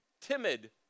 Timid